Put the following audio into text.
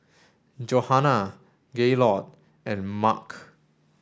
Johannah Gaylord and Mark